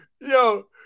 Yo